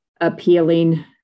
appealing